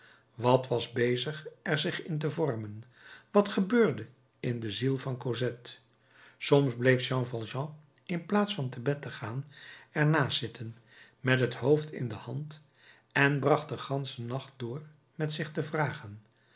wat was bezig er zich in te vormen wat gebeurde in de ziel van cosette soms bleef jean valjean in plaats van te bed te gaan er naast zitten met het hoofd in de hand en bracht den ganschen nacht door met zich te vragen